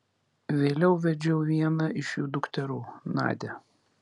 vėliau vedžiau vieną iš jų dukterų nadią